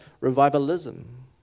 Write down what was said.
revivalism